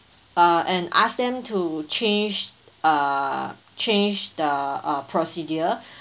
uh and ask them to change uh change the uh procedure